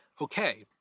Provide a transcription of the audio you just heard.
Okay